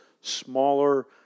smaller